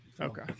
Okay